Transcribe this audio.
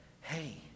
hey